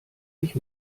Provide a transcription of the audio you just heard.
sich